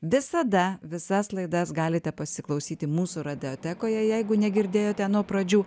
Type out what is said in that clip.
visada visas laidas galite pasiklausyti mūsų radiotekoje jeigu negirdėjote nuo pradžių